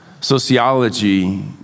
sociology